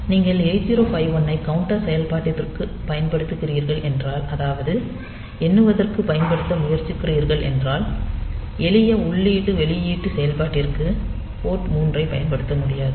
நீங்கள் 8051 ஐ கவுண்டர் செயல்பாட்டிற்குப் பயன்படுத்துகிறீர்கள் என்றால் அதாவது எண்ணுவதற்கு பயன்படுத்த முயற்சிக்கிறீர்கள் என்றால் எளிய உள்ளீட்டு வெளியீட்டு செயல்பாட்டிற்கு போர்ட் 3 ஐப் பயன்படுத்த முடியாது